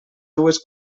dues